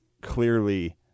clearly